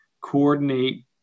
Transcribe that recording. coordinate